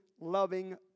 loving